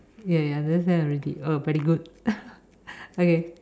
ya ya understand already oh very good okay